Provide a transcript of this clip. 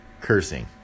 cursing